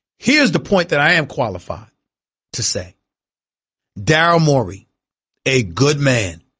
here's the point that i am qualified to say daryl morey a good man